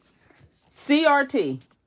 CRT